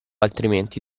altrimenti